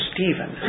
Stephen